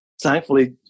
Thankfully